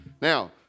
Now